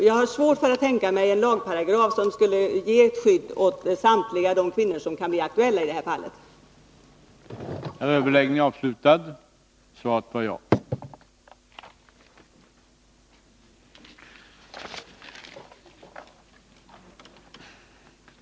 Jag har svårt att tänka mig en lagparagraf som skulle ge ett skydd åt samtliga de kvinnor som kan bli aktuella i detta sammanhang.